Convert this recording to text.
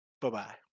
Bye-bye